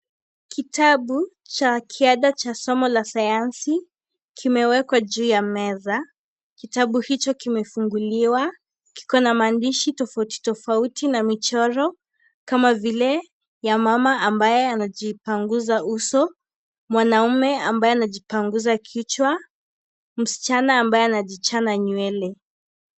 Kitabu cha kiada cha somo la sayansi kimewekwa juu ya meza, kitabu hicho kimefunguliwa, kiko na maandishi tofauti tofauti na michoro Kama vile; ya mama ambaye anajipanguza uso, mwanaume ambaye anajipanguza kichwa , msichana ambaye anajichana nywele.